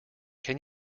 can